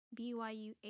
BYUH